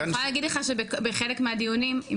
אני יכולה להגיד לך שבחלק מהדיונים עם